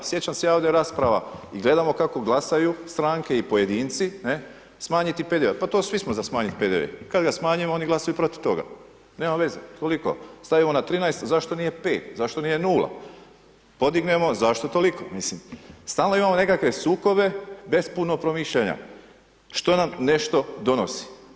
Sjećam se ja ovdje rasprava i gledamo kako glasaju stranke i pojedinci, ne, smanjiti PDV, pa to svi smo za smanjit PDV i kada ga smanjimo oni glasuju protiv toga, nema veze, toliko, stavimo na 13, zašto nije 5, zašto nije 0, podignemo, zašto toliko, mislim stalno imamo nekakve sukobe bez puno promišljanja, što nam nešto donosi.